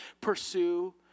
pursue